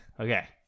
Okay